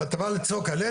מה, אתה בא לצעוק עלינו.